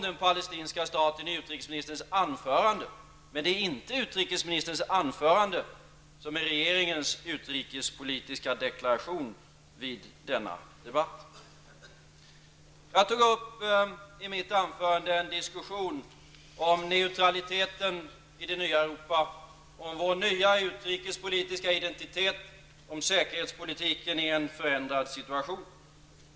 Den palestinska staten förekom i utrikesministerns anförande, men det är inte utrikesministerns anförande som är regeringens utrikespolitiska deklaration vid denna debatt. Jag tog i mitt anförande upp en diskussion om neutraliteten i det nya Europa, vår nya utrikespolitiska identitet och säkerhetspolitiken i en förändrad situation.